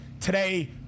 today